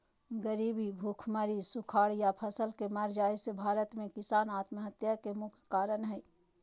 गरीबी, भुखमरी, सुखाड़ या फसल के मर जाय से भारत में किसान आत्महत्या के मुख्य कारण हय